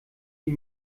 die